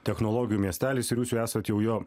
technologijų miestelis ir jūs jau esat jau jo